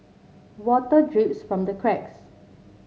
water drips from the cracks